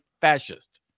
fascist